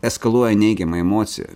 eskaluoja neigiamą emociją